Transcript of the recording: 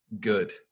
good